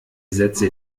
sätze